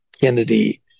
Kennedy